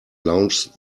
launch